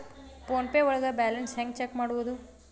Phone pay ಒಳಗ balance ಹೆಂಗ್ check ಮಾಡುವುದು?